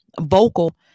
vocal